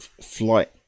flight